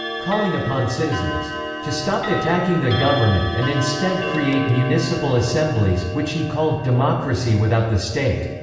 calling upon citizens to stop attacking the government and instead create municipal assemblies, which he called democracy without the state.